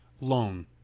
loan